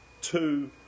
two